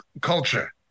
culture